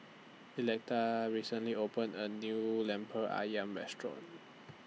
Electa recently opened A New Lemper Ayam Restaurant